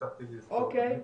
אוקיי,